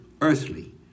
earthly